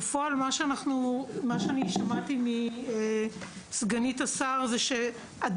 בפועל מה ששמעתי מסגנית השר זה שאנחנו